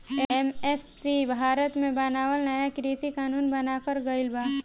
MSP Bharat मे बनावल नाया कृषि कानून बनाकर गइल बा